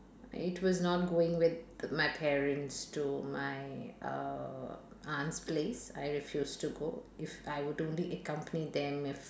it was not going with my parents to my uh aunt's place I refused to go if I would only accompany them if